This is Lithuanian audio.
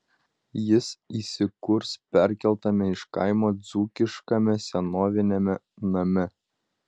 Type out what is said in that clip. jis įsikurs perkeltame iš kaimo dzūkiškame senoviniame name